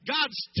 God's